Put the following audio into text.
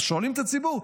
אז שואלים את הציבור.